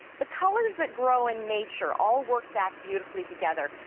the colors that grow in nature all work back beautifully together.